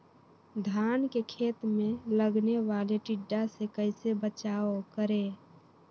धान के खेत मे लगने वाले टिड्डा से कैसे बचाओ करें?